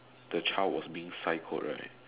the child was being psycho right